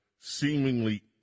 seemingly